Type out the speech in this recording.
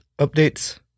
updates